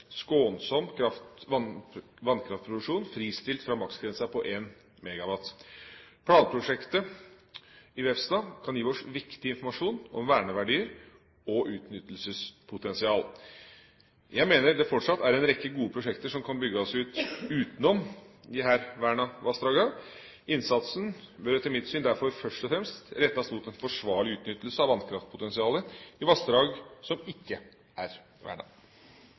skånsom vannkraftproduksjon, fristilt fra maksgrensen på 1 MW. Planprosjektet i Vefsna kan gi oss viktig informasjon om verneverdier og utnyttelsespotensial. Jeg mener det fortsatt er en rekke gode prosjekter som kan bygges ut utenom disse vernede vassdragene. Innsatsen bør etter mitt syn derfor først og fremst rettes mot en forsvarlig utnyttelse av vannkraftpotensialet i vassdrag som ikke er